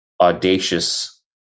audacious